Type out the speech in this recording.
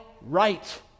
right